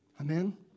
Amen